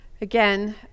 again